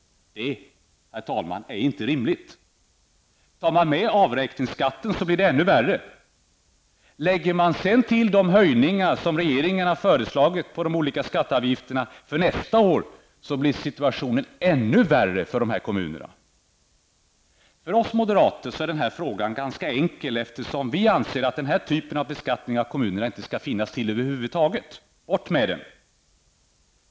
Detta, herr talman, är inte rimligt. Tar man dessutom med avräkningsskatten blir det ännu värre. Lägger man därtill de höjningar som regeringen föreslagit på de olika skatteavgifterna för nästa år, blir situationen ännu värre för dessa kommuner. För oss moderater är den här frågan ganska enkel, eftersom vi anser att den här typen av beskattning av kommunerna inte skall finnas över huvud taget. Bort med den!